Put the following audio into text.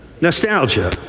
nostalgia